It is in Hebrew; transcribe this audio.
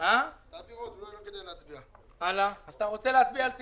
כי ה-21 ימים ייכנס לסעיף 6. איך המעסיק מאשר את הפרטים,